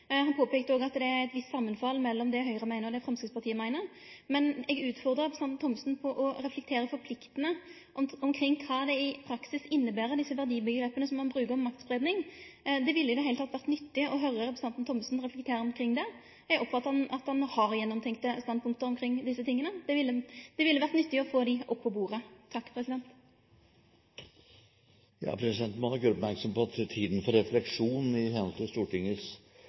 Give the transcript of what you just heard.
Han påpeikte òg at det er eit visst samanfall mellom det Høgre meiner og det Framstegspartiet meiner, men eg utfordrar representanten Thommessen til å reflektere forpliktande omkring kva desse verdiomgrepa som han brukar om maktspreiing, inneber i praksis. Det ville i det heile vore nyttig å høyre representanten Thommessen reflektere omkring det. Eg oppfattar at han har gjennomtenkte standpunkt omkring desse tinga. Det ville ha vore nyttig å få dei opp på bordet. Presidenten må nok gjøre oppmerksom på at tiden for refleksjon i henhold til Stortingets